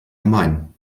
gemein